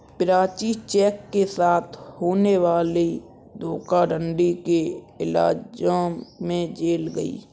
Prachi cheque के साथ होने वाली धोखाधड़ी के इल्जाम में जेल गई